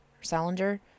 Salinger